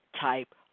type